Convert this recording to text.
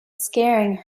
scaring